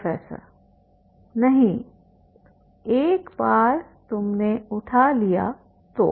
professor नहीं एक बार तुमने उठा लिया तो